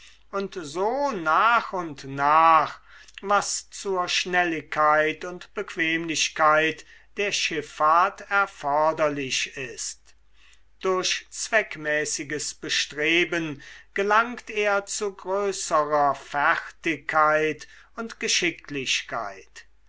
und so nach und nach was zur schnelligkeit und bequemlichkeit der schiffahrt erforderlich ist durch zweckmäßiges bestreben gelangt er zu größerer fertigkeit und geschicklichkeit